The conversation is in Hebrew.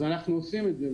אז אנחנו עושים את זה,